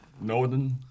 northern